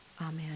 Amen